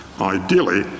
ideally